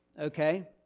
okay